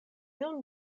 nun